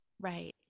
Right